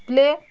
play